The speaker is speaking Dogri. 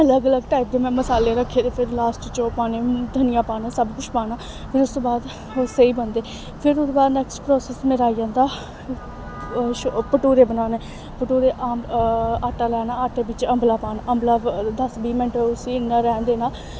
अलग अलग टाइप दे में मसाले रक्खे दे फिर लास्ट च ओह् पाने धनिया पाना सब कुछ पाना फिर उसदे बाद ओह् स्हेई बनदे फिर ओह्दे बाद नैक्स्ट प्रासैस मेरा आई जंदा भठूरे बनाने भठूरे आटा लैना आटे बिच्च अंबला पाना अंबला दस बीह् मैंट उसी इ'यां रैह्न देना